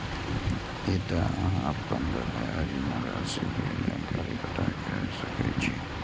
एतय अहां अपन बकाया ऋण राशि के जानकारी पता कैर सकै छी